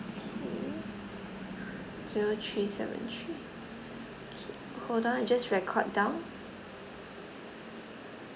K zero three seven three K hold on I just record down